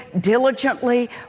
diligently